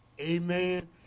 Amen